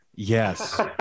Yes